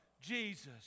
Jesus